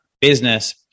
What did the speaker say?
business